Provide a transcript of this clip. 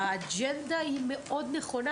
האג'נדה היא מאוד נכונה,